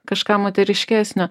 kažką moteriškesnio